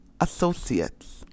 associates